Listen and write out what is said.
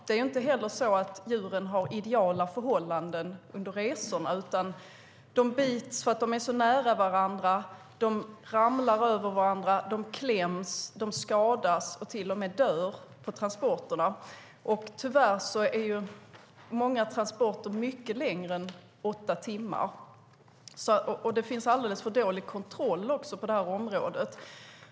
Det är inte heller så att djuren har ideala förhållanden under resorna, utan de bits för att de är så nära varandra, de ramlar över varandra, de kläms och de skadas och till och med dör under transporterna. Tyvärr är många transporter mycket längre än åtta timmar, och kontrollen är alldeles för dålig på det här området.